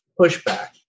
pushback